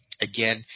Again